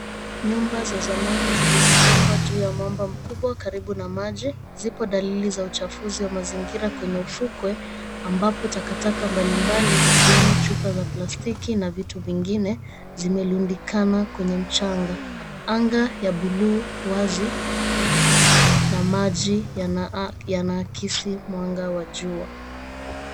Nyumba za zamani zilizojengwa juu ya mwamba mkubwa karibu na maji zipo dalili za uchafuzi wa mazingira kwenye ufukwe ambapo takataka mbalimbali zikiwemo chupa za plastiki na vitu vingine zimerundikana kwenye mchanga. Anga ya buluu wazi na maji yanakisi mwanga wa jua.